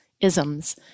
isms